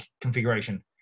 configuration